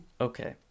Okay